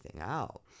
out